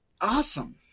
Awesome